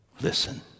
Listen